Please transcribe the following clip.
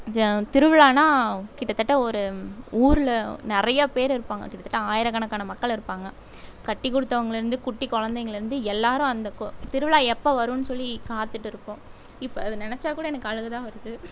திருவிழானால் கிட்டத்தட்ட ஒரு ஊரில் நிறையா பேர் இருப்பாங்க கிட்டத்தட்ட ஆயிரக்கணக்கான மக்கள் இருப்பாங்க கட்டிக்கொடுத்துவங்கலேந்து குட்டி குழந்தைங்கலேந்து எல்லாேரும் அந்த திருவிழா எப்போ வரும்னு சொல்லி காத்துக்கிட்டுருப்போம் இப்போ அதை நினைச்சா கூட எனக்கு அழுகை தான் வருது